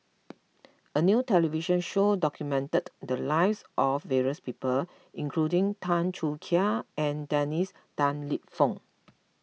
a new television show documented the lives of various people including Tan Choo Kai and Dennis Tan Lip Fong